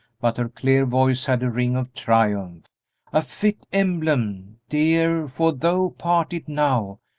but her clear voice had a ring of triumph a fit emblem, dear, for though parted now,